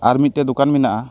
ᱟᱨ ᱢᱤᱫᱴᱮᱱ ᱫᱚᱠᱟᱱ ᱢᱮᱱᱟᱜᱼᱟ